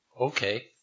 okay